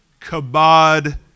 Kabod